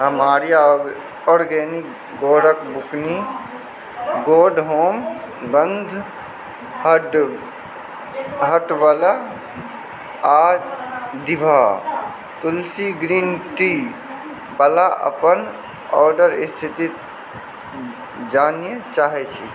हम आर्या आर्गेनिक गुड़क बुकनी गुड होम गन्ध हटबयवला आ दिभा तुलसी ग्रीन टी वला अपन ऑर्डर क स्थिति जानय चाहैत छी